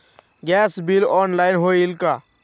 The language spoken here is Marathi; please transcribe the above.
गॅस बिल ऑनलाइन होईल का?